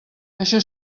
això